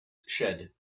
shed